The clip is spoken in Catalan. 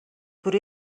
però